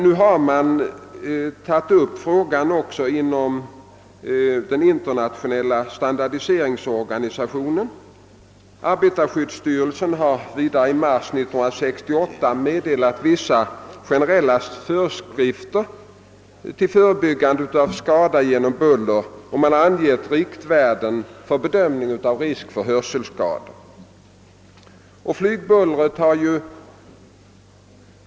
Nu har frågan tagits upp också inom den internationella standardiseringsorganisationen. Arbetarskyddsstyrelsen har vidare i mars 1968 meddelat vissa generella föreskrifter till förebyggande av skada genom buller, och riktvärden har angivits för bedömningen av riskerna för uppkomsten av hörselskador.